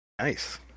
Nice